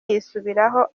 yisubiraho